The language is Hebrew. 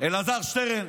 אלעזר שטרן?